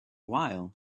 while